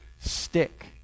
stick